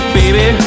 baby